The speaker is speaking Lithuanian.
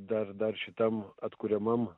dar dar šitam atkuriamam